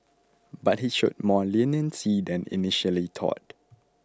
but he showed more leniency than initially thought